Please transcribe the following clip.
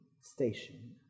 station